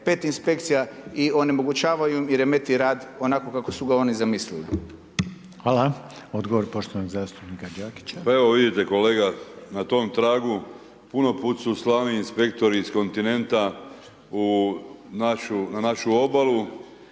5 inspekcija i onemogućavaju im i remete rad onako kako su ga oni zamislili. **Reiner, Željko (HDZ)** Hvala. Odgovor poštovanog zastupnika Đakića. **Đakić, Josip (HDZ)** Pa evo vidite kolega, na tom tragu puno puta su slani inspektori iz kontinenta na našu obalu.